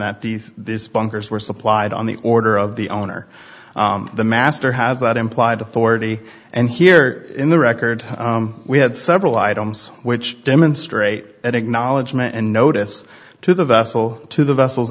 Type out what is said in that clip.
that these bunkers were supplied on the order of the owner the master has that implied authority and here in the record we had several items which demonstrate an acknowledgement and notice to the vessel to the vessels